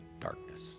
darkness